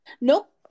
Nope